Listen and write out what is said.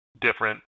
different